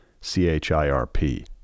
C-H-I-R-P